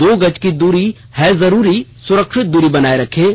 दो गज की दूरी है जरूरी सुरक्षित दूरी बनाए रखें